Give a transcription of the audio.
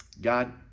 God